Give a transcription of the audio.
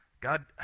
God